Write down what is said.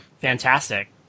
Fantastic